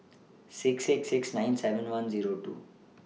six six six nine seven one Zero two